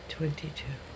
Twenty-two